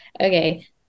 Okay